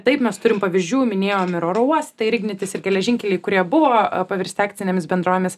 taip mes turim pavyzdžių minėjom ir oro uostai ir ignitis ir geležinkeliai kurie buvo paversti akcinėmis bendrovėmis